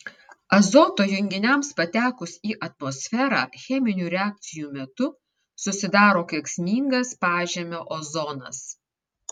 azoto junginiams patekus į atmosferą cheminių reakcijų metu susidaro kenksmingas pažemio ozonas